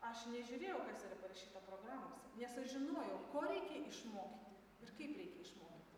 aš nežiūrėjau kas yra parašyta programose nes aš žinojau ko reikia išmokyti ir kaip reikia išmokyti